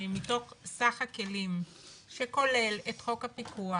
מתוך סך הכלים שכולל, את חוק הפיקוח